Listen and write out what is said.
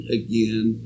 again